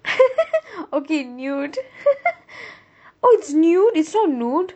okay nude oh it's nude it's not nude